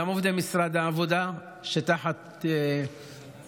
גם עובדי משרד העבודה שתחת הנהגתי,